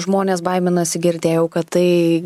žmonės baiminasi girdėjau kad tai